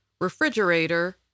refrigerator